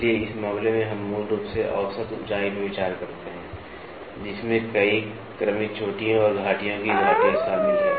इसलिए इस मामले में हम मूल रूप से औसत ऊंचाई पर विचार करते हैं जिसमें कई क्रमिक चोटियों और घाटियों की घाटियां शामिल हैं